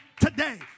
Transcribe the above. today